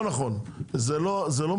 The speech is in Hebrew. לא נכון, זה לא מדויק.